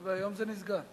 אבל היום זה נסגר.